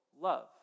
love